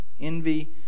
envy